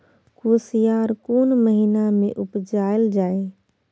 कोसयार कोन महिना मे उपजायल जाय?